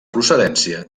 procedència